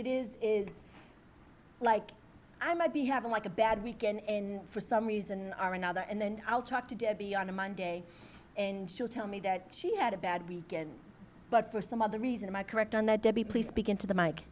it is is like i might be having like a bad week in for some reason or another and then i'll talk to debbie on a monday and she'll tell me that she had a bad weekend but for some other reason i'm i correct on that debbie please begin to the mike